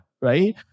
Right